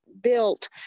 built